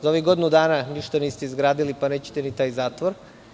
Za ovih godinu dana ništa niste izgradili, pa nećete ni taj zatvor.